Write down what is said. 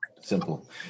Simple